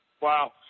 Wow